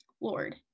Lord